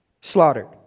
Slaughtered